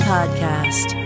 Podcast